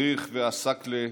מריח' ועסאקלה,